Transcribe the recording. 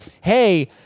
hey